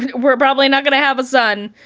we're probably not gonna have a son.